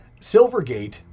Silvergate